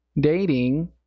dating